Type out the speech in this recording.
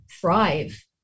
thrive